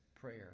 prayer